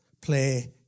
play